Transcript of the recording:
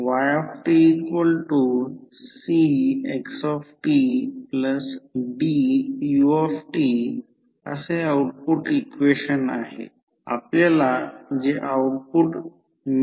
तर नंतर E1 हा प्रायमरी इंड्युसड emf आहे आणि E2 म्हणजे E2 पहा V2 सेकंडरी इंड्युसड emf